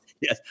yes